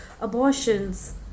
abortions